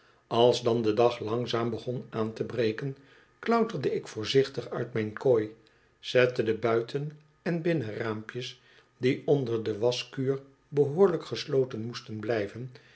als dan de dag langzaam begon aan te breken klauterde ik voorzichtig uit mijn kooi zette de buiten en binnenraampjes die onder de waschkuur behoorlijk gesloten moesten blijven